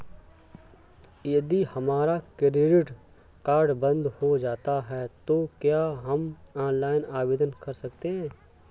यदि हमारा credit card बंद हो जाता है तो क्या हम ऑनलाइन आवेदन कर सकते हैं?